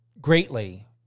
greatly